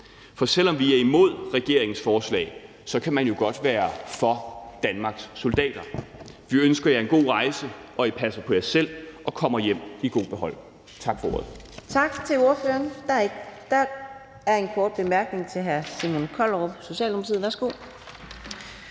For selv om man er imod regeringens forslag, kan man jo godt være for Danmarks soldater. Vi ønsker jer en god rejse, og at I passer på jer selv og kommer hjem i god behold. Tak for ordet.